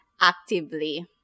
actively